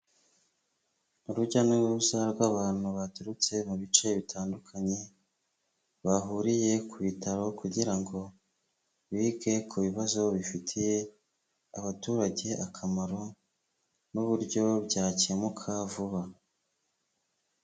Urujya n'uruza rw'abantu baturutse mu bice bitandukanye, bahuriye ku bitaro kugira ngo bige ku bibazo bifitiye abaturage akamaro n'uburyo byakemuka vuba.